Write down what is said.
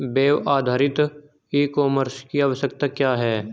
Web आधारित e commerce की आवश्यकता क्या है?